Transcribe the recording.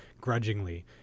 grudgingly